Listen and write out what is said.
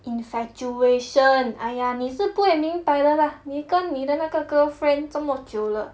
infatuation !aiya! 你是不会明白的 lah 你跟你的那个 girlfriend 这么久了